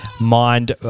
mind